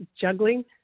juggling